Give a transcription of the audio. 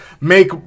make